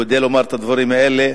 כדי לומר את הדברים האלה.